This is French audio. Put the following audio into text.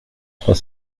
trois